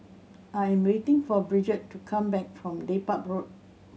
I am waiting for Brigette to come back from Dedap Road